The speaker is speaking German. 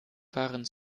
waren